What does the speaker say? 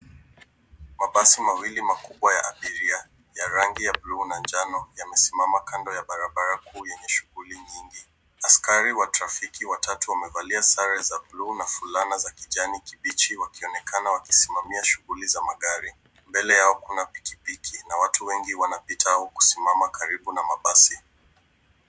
Mabasi mawili makubwa ya abiria ya rangi ya bluu na njano yamesimama kando ya barabara kuu yenye shughuli nyingi. Askari wa trafiki watatu wamevalia sare za bluu na fulana za kijani kibichi wakionekana wakisimamia shughuli za magari. Mbele yao kuna pikipiki na watu wengi wanasimama au kupita karibu na mabasi.